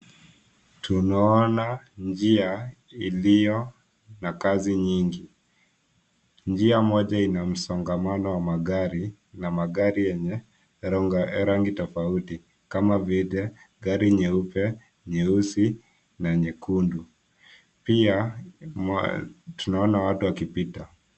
Tunaona njia iliyo na kazi nyingi. Njia moja ina msongamano wa magari na magari yenye rangi tofauti kama vile gari nyeupe, nyeusi na nyekundu. Pia, tunaona watu wakipita.